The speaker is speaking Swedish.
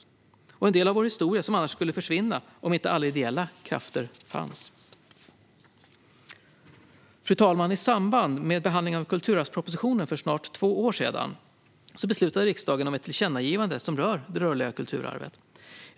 Det är en del av vår historia som skulle försvinna om inte alla ideella krafter fanns. Fru talman! I samband med behandlingen av kulturarvspropositionen för snart två år sedan beslutade riksdagen om ett tillkännagivande som rörde det rörliga kulturarvet.